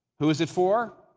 who is it for?